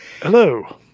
Hello